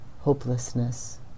hopelessness